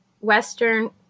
Western